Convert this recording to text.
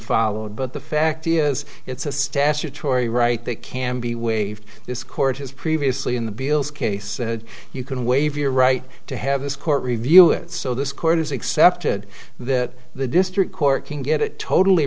followed but the fact is it's a statutory right that can be waived this court has previously in the beales case you can waive your right to have this court review it so this court is accepted that the district court can get it totally